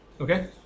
Okay